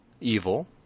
evil